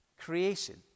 creation